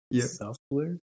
software